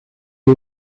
you